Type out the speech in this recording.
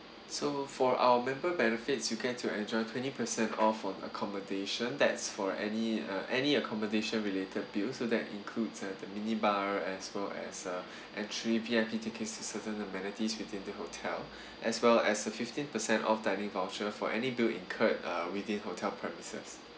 so for our member benefits you get to enjoy twenty percent off on accommodation that's for any uh any accommodation related bills so that includes the mini bar as well as a entry vip tickets to certain amenities within the hotel as well as a fifteen percent off dining voucher for any bill incurred uh within hotel premises